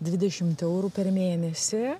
dvidešimt eurų per mėnesį